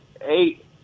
eight